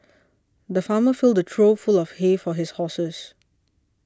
the farmer filled the trough full of hay for his horses